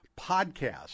podcast